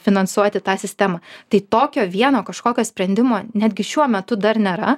finansuoti tą sistemą tai tokio vieno kažkokio sprendimo netgi šiuo metu dar nėra